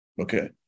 okay